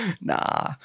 nah